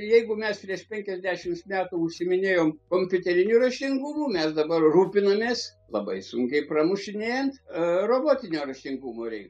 jeigu mes prieš penkiasdešimts metų užsiiminėjom kompiuteriniu raštingumu mes dabar rūpinamės labai sunkiai pramušinėjant e robotinio raštingumo reik